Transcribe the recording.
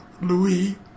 Louis